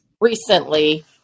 recently